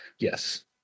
Yes